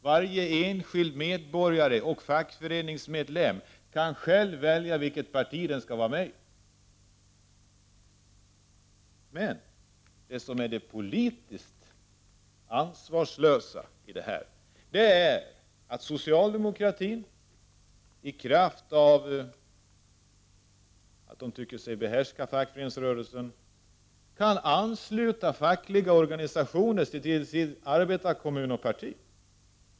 Varje enskild medborgare och fackföreningsmedlem kan själv välja vilket parti han skall vara med i. Men det som är politiskt ansvarslöst i detta sammanhang är att socialdemokratin, i kraft av att den tycker sig behärska fackföreningsrörelsen, kan ansluta fackliga organisationer till sin arbetarkommun och sitt parti.